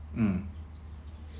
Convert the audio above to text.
mm